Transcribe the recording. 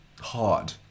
Hard